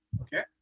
okay